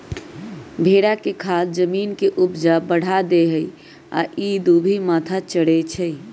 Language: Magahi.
भेड़ा के खाद जमीन के ऊपजा बढ़ा देहइ आ इ दुभि मोथा चरै छइ